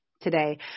today